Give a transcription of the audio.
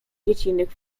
dziecinnych